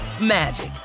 magic